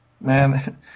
Man